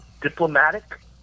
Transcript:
diplomatic